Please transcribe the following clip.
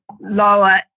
lower